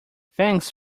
thanks